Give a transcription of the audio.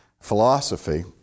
philosophy